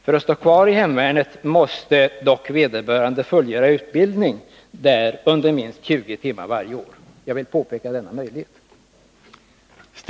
För att stå kvar i hemvärnet måste vederbörande dock fullgöra utbildning under minst 20 timmar varje år. Jag har velat påpeka denna möjlighet.